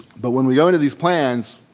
but when we go into these plans,